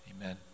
Amen